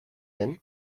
den